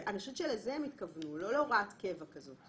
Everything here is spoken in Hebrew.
אני חושבת שלזה הם התכוונו ולא להוראת קבע כזאת.